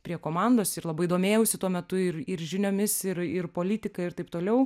prie komandos ir labai domėjausi tuo metu ir ir žiniomis ir ir politika ir taip toliau